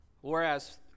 whereas